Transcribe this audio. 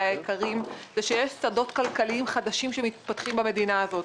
היקרים הוא שיש שדות כלכלים חדשים שמתפתחים במדינה הזאת.